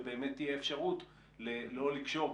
ובאמת תהיה אפשרות לא לקשור,